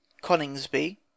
Coningsby